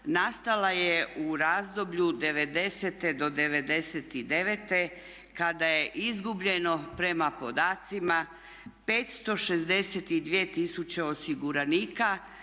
nastala je u razdoblju devedesete do '99. kada je izgubljeno prema podacima 562 000 osiguranika,